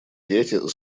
дети